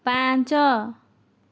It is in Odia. ପାଞ୍ଚ